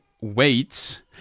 wait